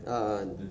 a'ah